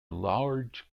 large